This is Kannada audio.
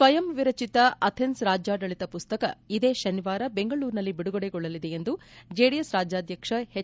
ಸ್ವಯಂ ವಿರಚಿತ ಅಥೆನ್ಸ್ ರಾಜ್ಕಾಡಳಿತ ಮಸ್ತಕ ಇದೇ ಶನಿವಾರ ಬೆಂಗಳೂರಿನಲ್ಲಿ ಬಿಡುಗಡೆಗೊಳ್ಳಲಿದೆ ಎಂದು ಜೆಡಿಎಸ್ ರಾಜ್ಯಾಧ್ಯಕ್ಷ ಹೆಚ್